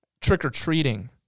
trick-or-treating